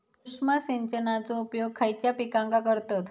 सूक्ष्म सिंचनाचो उपयोग खयच्या पिकांका करतत?